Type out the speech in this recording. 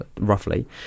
roughly